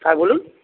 হ্যাঁ বলুন